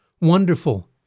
Wonderful